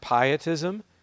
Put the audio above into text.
pietism